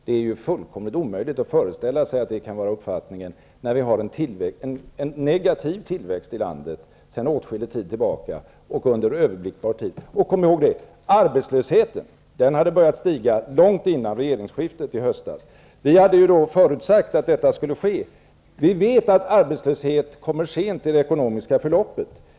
Det är ju fullkomligt omöjligt att föreställa sig att det kan vara uppfattningen, när vi har en negativ tillväxt i landet sedan åtskillig tid tillbaka och under överblickbar tid. Kom ihåg att arbetslösheten hade börjat stiga långt före regeringsskiftet i höstas. Vi hade förutsagt att det skulle ske. Vi vet att arbetslöshet kommer sent i det ekonomiska förloppet.